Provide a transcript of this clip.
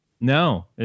No